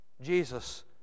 Jesus